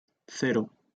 cero